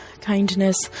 kindness